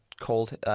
called